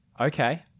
Okay